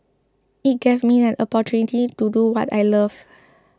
it gave me an opportunity to do what I love